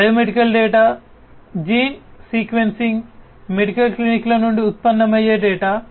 biomedical data gene sequencing నుండి medical క్లినిక్ల నుండి ఉత్పన్నమయ్యే డేటా